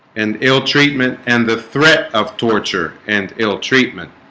and ill-treatment and the threat of torture and ill-treatment